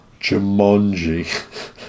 Jumanji